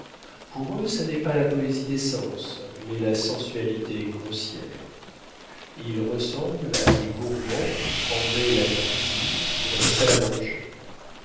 pour eux ce n'est pas la poésie des sens mais la sensualité grossière ils ressemblent à des gourmands qui prendraient la cuisine pour la salle à manger